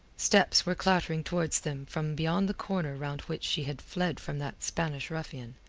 steps were clattering towards them from beyond the corner round which she had fled from that spanish ruffian.